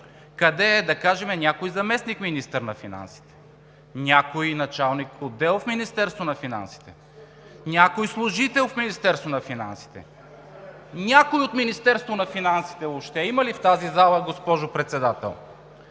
Къде е, да кажем, някой заместник-министър на финансите, някой началник на отдел в Министерството на финансите, някой служител в Министерството на финансите? Някой от Министерството на финансите въобще има ли в тази зала, госпожо Председател?